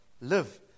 live